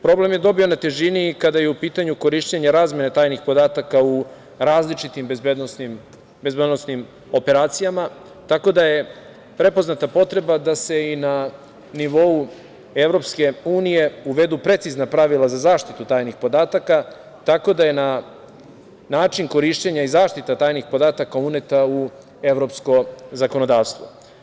Problem je dobio na težini kada je u pitanju korišćenje i razmena tajnih podataka u različitim bezbednosnim operacijama, tako da je prepoznata potreba da se i na nivou EU uvedu precizna pravila za zaštitu tajnih podataka, tako da je na način korišćenja i zaštita tajnih podataka uneta u evropsko zakonodavstvo.